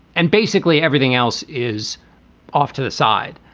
and basically everything else is off to the side.